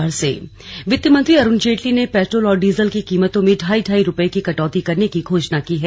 slug Arun Jaitley वित्त मंत्री अरुण जेटली ने पेट्रोल और डीजल की कीमतों में ढाई ढाई रुपये की कटौती करने की घोषणा की है